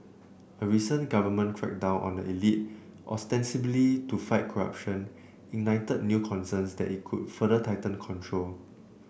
a recent government crackdown on the elite ostensibly to fight corruption ignited new concerns that it could further tighten control